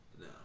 No